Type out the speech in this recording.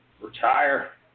retire